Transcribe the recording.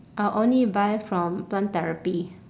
I only buy from plant therapy